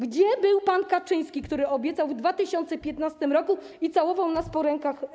Gdzie był pan Kaczyński, który obiecał w 2015 r. pomoc i całował nas po rękach?